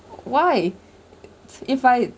why if I